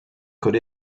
could